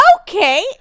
Okay